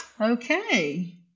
Okay